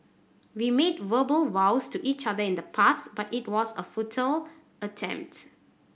we made verbal vows to each other in the past but it was a futile attempt